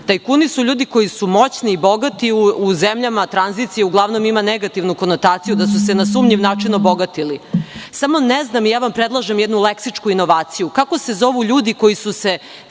tajkuni su ljudi koji su moćni i bogati u zemljama tranzicije, a uglavnom ima negativnu konotaciju, da su se na sumnjiv način obogatili, ali ne znam i ja vam predlažem jednu leksičku inovaciju, kako se zovu ljudi koji su se